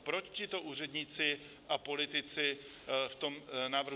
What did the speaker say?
Proč tito úředníci a politici v tom návrhu?